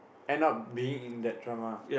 end up being in that drama